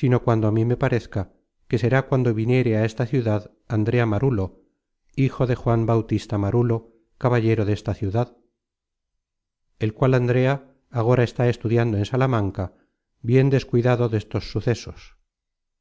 sino cuando á mí me parezca que será cuando viniere á esta ciudad andrea marulo hijo de juan bautista marulo caballero desta ciudad el cual andrea agora está estudiando en salamanca bien descuidado destos sucesos